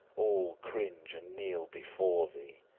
all cringe and kneel before thee,